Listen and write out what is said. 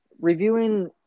reviewing